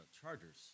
Chargers